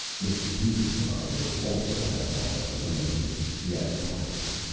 mr. peters and i will also have one of us eliminated, he added quietly.